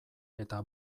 eta